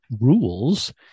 rules